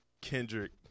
Kendrick